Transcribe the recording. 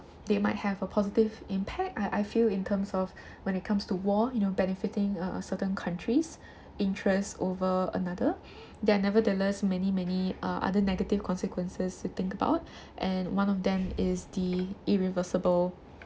they might have a positive impact I I feel in terms of when it comes to war you know benefiting a certain countries interest over another there are nevertheless many many uh other negative consequences to think about and one of them is the irreversible